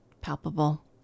Palpable